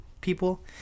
people